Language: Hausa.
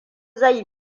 zai